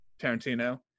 Tarantino